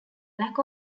lack